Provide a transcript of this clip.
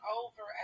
over